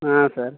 हाँ सर